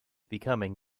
becoming